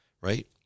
right